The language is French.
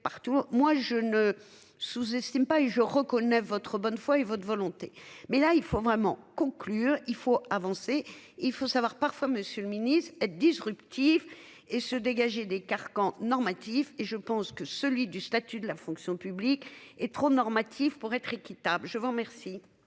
moi je ne. Sous-estime pas eu je reconnais votre bonne foi et votre volonté mais là il faut vraiment conclure, il faut avancer, il faut savoir parfois, Monsieur le Ministre disruptif et se dégager des carcans normatifs. Et je pense que celui du statut de la fonction publique et trop normatif pour être équitable je vous remercie.